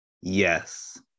Yes